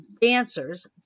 dancers